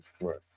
Right